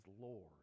lord